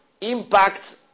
impact